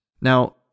Now